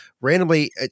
randomly